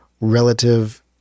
relative